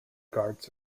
guards